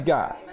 God